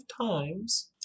times